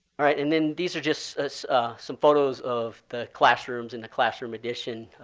all right. and then these are just some photos of the classrooms in the classroom addition.